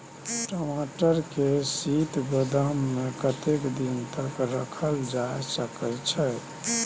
टमाटर के शीत गोदाम में कतेक दिन तक रखल जा सकय छैय?